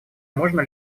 можно